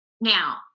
now